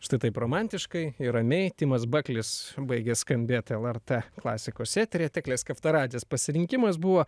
štai taip romantiškai ir ramiai timas baklis baigė skambėti lrt klasikos eteryje teklės kaftaradzės pasirinkimas buvo